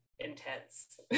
intense